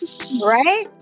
Right